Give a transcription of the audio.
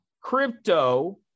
Crypto